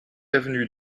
avenue